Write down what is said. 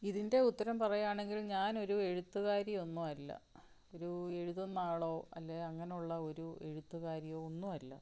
ഇതിൻ്റെ ഉത്തരം പറയുകയാണെങ്കിൽ ഞാനൊരു എഴുത്തുകാരിയൊന്നും അല്ല ഒരു എഴുതുന്നയാളോ അല്ലേ അങ്ങനെയുള്ള ഒരു എഴുത്തുകാരിയോ ഒന്നും അല്ല